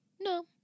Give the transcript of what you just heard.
No